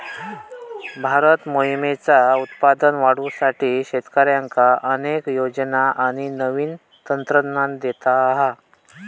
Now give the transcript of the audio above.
भारत मोहरीचा उत्पादन वाढवुसाठी शेतकऱ्यांका अनेक योजना आणि नवीन तंत्रज्ञान देता हा